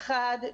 אחד,